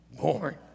born